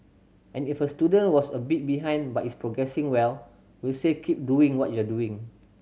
and if a student was a bit behind but is progressing well we'll say keep doing what you're doing